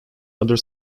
other